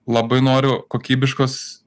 labai noriu kokybiškos